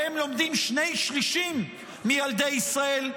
שבהם לומדים שני שלישים מילדי ישראל,